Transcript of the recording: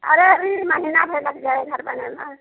अरे अभी महिना भर लग जाए घर बनाना